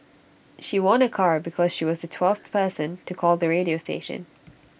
she won A car because she was the twelfth person to call the radio station